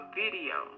video